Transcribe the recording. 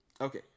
okay